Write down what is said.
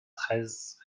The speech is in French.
treize